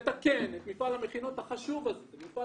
ולתקן את מפעל המכינות, החשוב הזה, זה מפעל